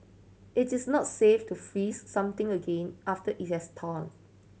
it is not safe to freeze something again after it has thawed